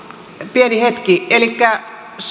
pieni hetki